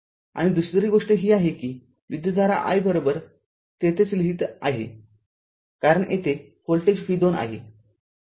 आणि दुसरी गोष्ट ही आहे कि ही विद्युतधारा i येथेच लिहीत आहे कारण येथे व्होल्टेज v २ आहे